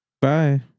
bye